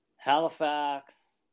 Halifax